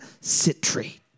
citrate